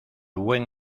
buen